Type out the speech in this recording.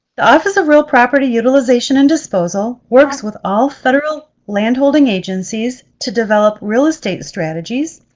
the office of real property utilization and disposal works with all federal land holding agencies to develop real estate strategies,